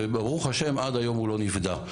וברוך השם עד היום הוא לא נפדה.